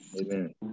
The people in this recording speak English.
Amen